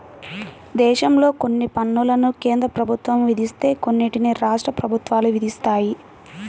దేశంలో కొన్ని పన్నులను కేంద్ర ప్రభుత్వం విధిస్తే కొన్నిటిని రాష్ట్ర ప్రభుత్వాలు విధిస్తాయి